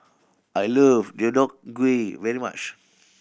I love Deodeok Gui very much